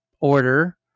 order